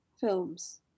films